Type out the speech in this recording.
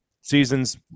Seasons